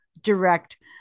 direct